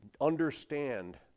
Understand